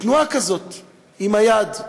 תנועה כזאת עם היד.